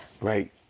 Right